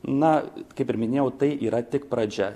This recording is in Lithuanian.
na kaip ir minėjau tai yra tik pradžia